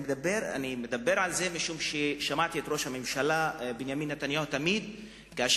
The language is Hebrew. אני מדבר על זה משום ששמעתי את ראש הממשלה בנימין נתניהו אומר שלא